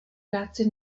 práci